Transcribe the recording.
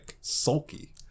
sulky